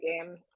game